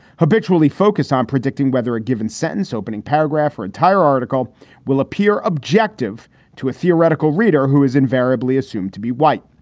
habitually focus on predicting whether a given sentence, opening paragraph or entire article will appear objective to a theoretical reader who is invariably assumed to be white.